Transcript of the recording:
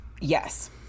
Yes